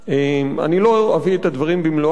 אני לא אביא את הדברים במלואם,